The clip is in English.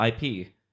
IP